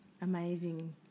amazing